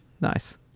Nice